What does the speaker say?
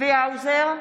צבי האוזר,